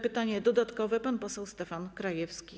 Pytanie dodatkowe zada pan poseł Stefan Krajewski.